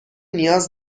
نیاز